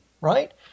right